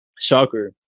shocker